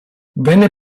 venne